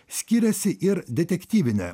skiriasi ir detektyvinė